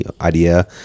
idea